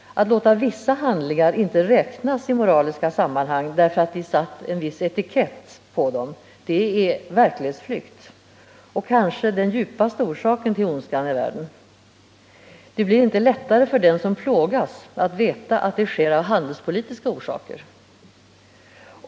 Att låta vissa handlingar inte räknas i moraliska sammanhang, därför att vi satt en viss etikett på dem, är verklighetsflykt och kanske den djupaste orsaken till ondskan i världen. Det blir inte lättare för den som plågas att veta att det sker av handelspolitiska orsaker.